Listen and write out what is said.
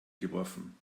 geworfen